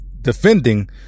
defending